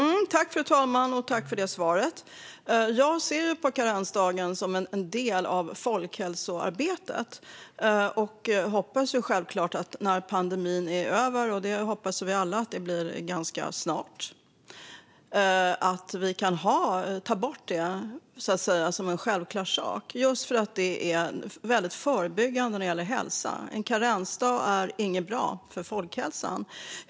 Fru talman! Jag tackar Acko Ankarberg Johansson för svaret. Jag ser på karensdagen som en del av folkhälsoarbetet. När pandemin är över - vilket vi alla hoppas är ganska snart - hoppas jag självklart att vi ska ta bort den, just för att det är väldigt förebyggande när det gäller hälsa. En karensdag är inte bra för folkhälsan.